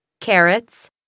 carrots